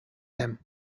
them